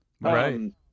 Right